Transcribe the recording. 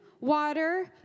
water